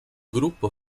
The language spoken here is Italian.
gruppo